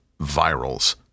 virals